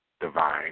divine